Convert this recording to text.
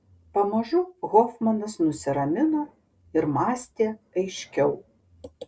pamažu hofmanas nusiramino ir mąstė aiškiau